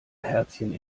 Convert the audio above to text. herzchen